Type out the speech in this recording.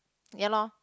ya loh